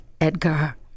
Edgar